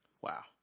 Wow